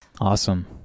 Awesome